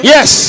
Yes